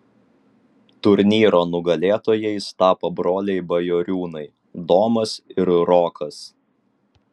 turnyro nugalėtojais tapo broliai bajoriūnai domas ir rokas